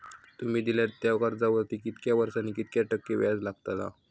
तुमि दिल्यात त्या कर्जावरती कितक्या वर्सानी कितक्या टक्के दराने व्याज लागतला?